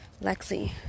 Lexi